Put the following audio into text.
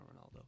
Ronaldo